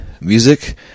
Music